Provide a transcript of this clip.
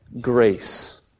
Grace